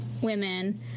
women